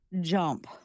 jump